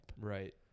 Right